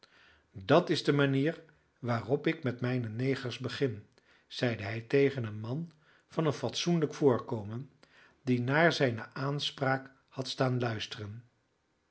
dat is de manier waarop ik met mijne negers begin zeide hij tegen een man van een fatsoenlijk voorkomen die naar zijne aanspraak had staan luisteren